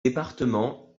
départements